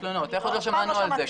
איך עוד לא שמענו על זה?